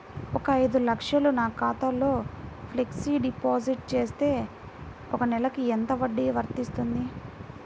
ఒక ఐదు లక్షలు నా ఖాతాలో ఫ్లెక్సీ డిపాజిట్ చేస్తే ఒక నెలకి ఎంత వడ్డీ వర్తిస్తుంది?